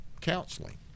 counseling